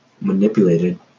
manipulated